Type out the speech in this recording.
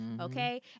Okay